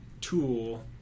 tool